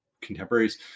contemporaries